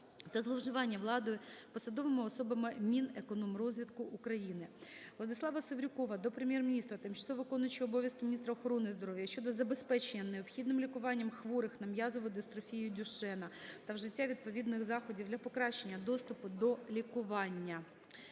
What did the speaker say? та зловживання владою посадовими особами Мінекономрозвитку України. Владислава Севрюкова до Прем'єр-міністра, тимчасово виконуючої обов'язки міністра охорони здоров'я щодо забезпечення необхідним лікуванням хворих на м'язову дистрофію Дюшена та вжиття відповідних заходів для покращення доступу до лікування.